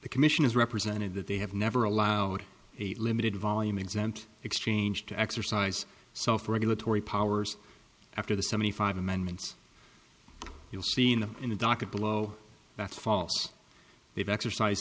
the commission is represented that they have never allowed a limited volume exempt exchange to exercise self regulatory powers after the seventy five amendments you'll see in the in the docket below that false they've exercise